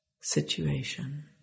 situation